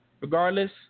Regardless